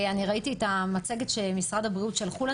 אני ראיתי את המצגת ששלחו לנו ממשרד הבריאות,